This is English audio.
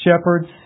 shepherds